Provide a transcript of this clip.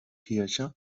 kirche